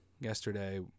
yesterday